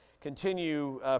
continue